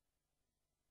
י"ד באייר התשע"ד,